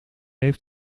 heeft